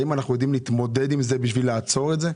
האם אנחנו יודעים להתמודד כדי לעצור את זה?